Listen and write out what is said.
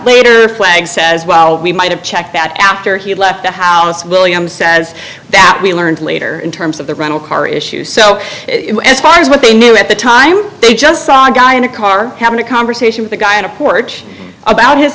later clegg says well we might have checked that after he left the house williams says that we learned later in terms of the rental car issue so as far as what they knew at the time they just saw a guy in a car having a conversation with a guy in a porch about his